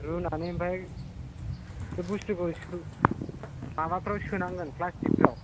रुनानै ओमफ्राय बे बुस्थुखौ माबाफ्राव सोनांगोन प्लास्टिकफ्राव